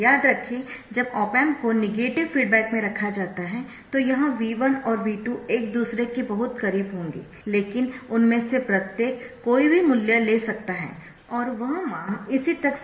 याद रखें जब ऑप एम्प को नेगेटिव फीडबैक में रखा जाता है तो यह V1 और V2 एक दूसरे के बहुत करीब होंगे लेकिन उनमें से प्रत्येक कोई भी मूल्य ले सकता है और वह मान इसी तक सीमित है